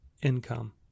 income